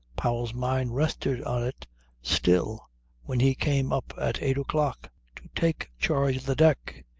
powell's mind rested on it still when he came up at eight o'clock to take charge of the deck.